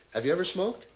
have you ever smoked?